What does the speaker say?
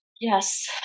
Yes